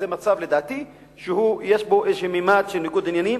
זה מצב שלדעתי יש בו ממד של ניגוד עניינים,